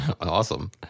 Awesome